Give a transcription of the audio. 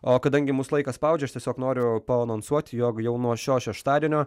o kadangi mus laikas spaudžia aš tiesiog noriu paanonsuoti jog jau nuo šio šeštadienio